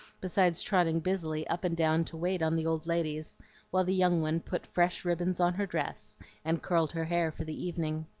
besides trotting busily up and down to wait on the old ladies while the young one put fresh ribbons on her dress and curled her hair for the evening.